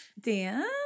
Dan